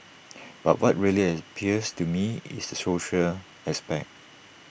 but what really appeals to me is the social aspect